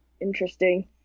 interesting